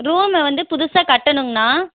ரூமை வந்து புதுசாக கட்டணுங்ணா